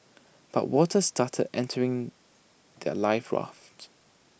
but water started entering their life rafts